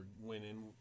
winning